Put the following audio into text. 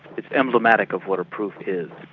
it's emblematic of what a proof is.